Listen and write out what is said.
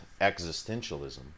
existentialism